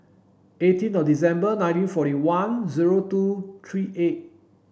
eighteen of December nineteen forty one zero two three eight